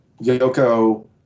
Yoko